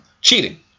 cheating